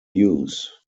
use